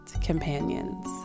companions